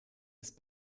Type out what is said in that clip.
ist